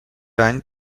any